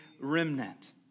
remnant